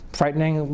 frightening